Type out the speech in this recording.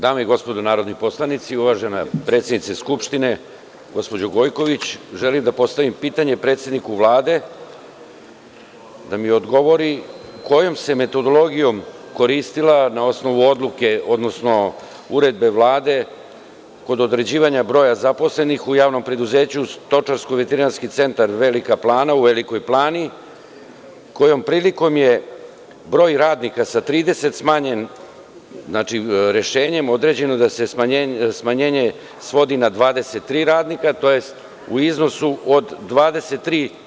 Dame i gospodo narodni poslanici, uvažena predsednice Skupštine gospođo Gojković, želim da postavim pitanje predsedniku Vlade da mi odgovori kojom se metodologijom koristila na osnovu odluke, odnosno uredbe Vlade kod određivanja broja zaposlenih u Javnom preduzeću „Stočarsko-veterinarski centar Velika Plana“ u Velikoj Plani kojom prilikom je broj radnika sa 30 smanjen, znači, rešenjem određeno da se smanjenje svodi na 23 radnika tj. u iznosu od 23%